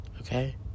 okay